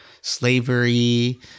slavery